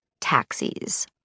Taxis